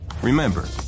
Remember